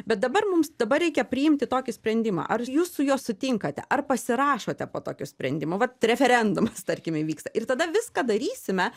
bet dabar mums dabar reikia priimti tokį sprendimą ar jūs su juo sutinkate ar pasirašote po tokiu sprendimu vat referendumas tarkim įvyksta ir tada viską darysime